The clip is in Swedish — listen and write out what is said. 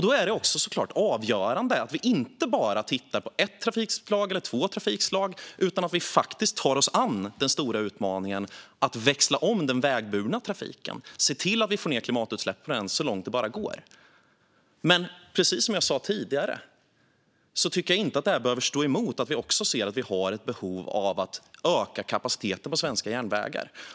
Då är det såklart också avgörande att vi inte bara tittar på ett eller två trafikslag utan faktiskt tar oss an den stora utmaningen att växla om den vägburna trafiken och se till att få ned klimatutsläppen så långt det bara går. Precis som jag sa tidigare tycker jag dock inte att detta behöver stå emot att vi också ser behovet av att öka kapaciteten på svenska järnvägar.